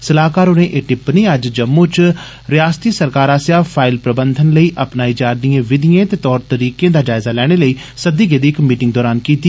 स्लाहकार होरें एह टिप्पणी अज्ज जम्मू च रयासती सरकार आस्सेआ फाइल प्रबंधन लेई अपनाई जारदिए विधिएं दे तौर तरीकें दा जायज़ा लैने लेई सद्दी गेदी इक मीटिंग दौरान कीती